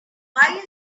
why